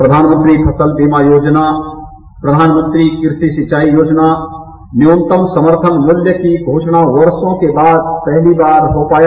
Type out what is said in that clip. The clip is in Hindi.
प्रधानमंत्री फसल बीमा योजना प्रधानमत्री कृषि सिंचाई योजना न्यूनतम समर्थन मूल्य की घोषणा वर्षो के बाद पहली बार हो पाया